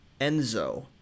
Enzo